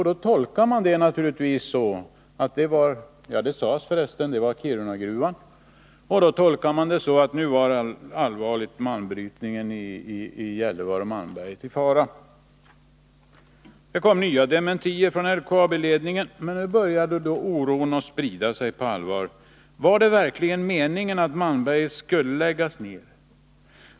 Det tolkades naturligtvis så — det sades förresten klart ut att den gruvan var Kirunagruvan — att malmbrytningen i Gällivare-Malmberget nu allvarligt var i fara. Det kom dementier från LKAB-ledningen, men oron började sprida sig på allvar. Var det verkligen meningen att gruvan i Malmberget skulle läggas ned?